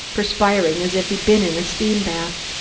perspiring as if he'd been in a steam bath.